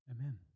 Amen